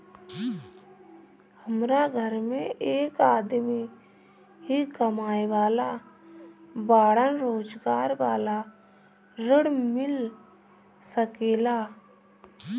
हमरा घर में एक आदमी ही कमाए वाला बाड़न रोजगार वाला ऋण मिल सके ला?